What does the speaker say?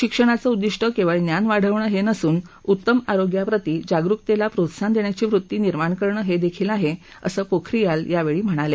शिक्षणाचं उद्दिष्ट केवळ ज्ञान वाढवणं हे नसून उत्तम आरोग्याप्रती जागरुकतेला प्रोत्साहन देण्याची वृत्ती निर्माण करणं हे देखील आहे असं पोखरियाल यावेळी म्हणाले